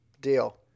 Deal